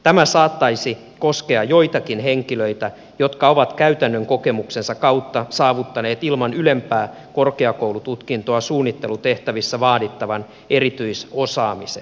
tämä saattaisi koskea joitakin henkilöitä jotka ovat käytännön kokemuksensa kautta saavuttaneet ilman ylempää korkeakoulututkintoa suunnittelutehtävissä vaadittavan erityisosaamisen